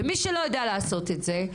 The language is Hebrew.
ומי שלא יודע לעשות את זה,